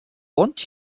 want